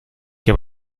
que